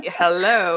hello